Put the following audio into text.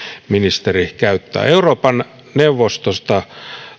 ministeri käyttää euroopan neuvostosta